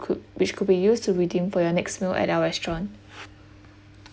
could which could be used to redeem for your next meal at our restaurant